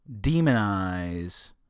demonize